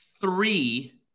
Three